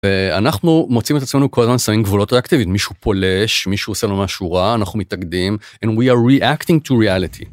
אנחנו מוצאים את עצמנו כל הזמן שמים גבולות ריאקטיביים. מישהו פולש, מישהו עושה לו משהו רע, אנחנו מתנגדים and we are reacting to reality.